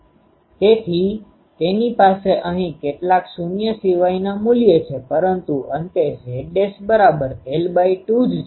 તેથી તેની પાસે અહીં કેટલાક શૂન્ય સિવાઈના મૂલ્ય છે પરંતુ અંતે Z l2 જ છે